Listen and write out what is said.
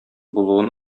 булуын